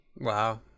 wow